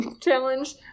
challenge